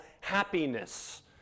happiness